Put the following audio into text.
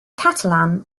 catalan